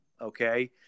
okay